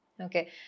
Okay